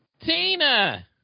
Tina